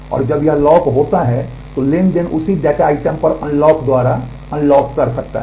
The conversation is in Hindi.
और जब यह लॉक होता है तो ट्रांज़ैक्शन उसी डेटा आइटम पर अनलॉक द्वारा अनलॉक कर सकता है